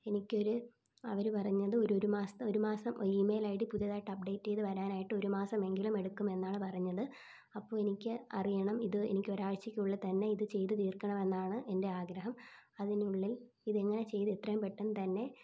എനിക്കൊരു അവർ പറഞ്ഞത് ഒരു ഒരുമാസത്തെ ഒരുമാസം ഈമെയിൽ ഐ ഡി പുതിയതായിട്ട് അപ്ഡേറ്റ് ചെയ്തുവരാനായിട്ട് ഒരുമാസമെങ്കിലും എടുക്കുമെന്നാണ് പറഞ്ഞത് അപ്പോൾ എനിക്ക് അറിയണം ഇത് എനിക്കൊരാഴ്ചക്കുള്ളിൽ തന്നെ ഇത് ചെയ്ത് തീർക്കണമെന്നാണ് എൻ്റെ ആഗ്രഹം അതിനുള്ളിൽ ഇതെങ്ങനെ ചെയ്ത് എത്രയും പെട്ടെന്ന് തന്നെ